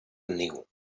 niu